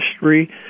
history